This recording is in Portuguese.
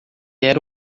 era